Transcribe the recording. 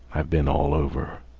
i've been all over.